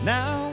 Now